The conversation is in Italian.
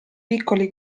piccoli